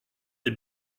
est